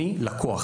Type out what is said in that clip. אני לקוח